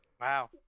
Wow